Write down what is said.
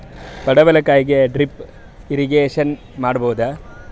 ಪಡವಲಕಾಯಿಗೆ drip irrigation ಮಾಡಬೋದ?